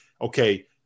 okay